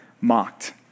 mocked